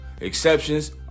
Exceptions